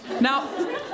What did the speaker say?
now